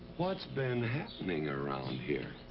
what's been happening around here?